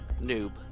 Noob